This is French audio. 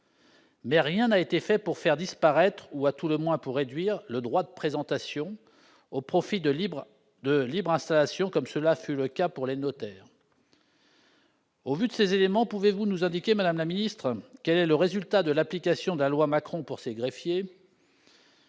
Mais rien n'a été fait pour faire disparaître ou, à tout le moins, réduire le droit de présentation au profit de la libre installation, comme cela fut le cas pour les notaires. Au vu de ces éléments, pouvez-vous nous indiquer, madame la secrétaire d'État, quel est le résultat de la mise en oeuvre de la loi Macron pour ces greffiers ?